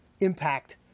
impact